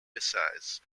versailles